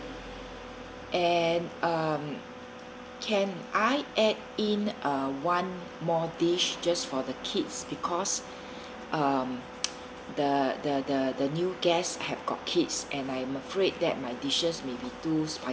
and um can I add in uh one more dish just for the kids because um the the the the new guest have got kids and I'm afraid that my dishes may be too